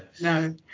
No